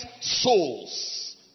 souls